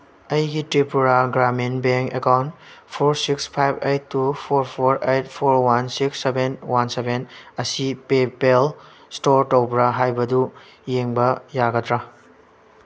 ꯑꯩꯒꯤ Tripura Gramin bank account four six five eight two four four eight four one six seven one seven ꯑꯁꯤ ꯄꯦꯄꯥꯜ ꯏꯁꯇꯣꯔ ꯇꯧꯕ꯭ꯔꯥ ꯍꯥꯏꯕꯗꯨ ꯌꯦꯡꯕ ꯌꯥꯒꯗ꯭ꯔꯥ